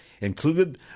Included